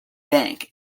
bank